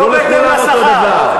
לא בהתאם לשכר.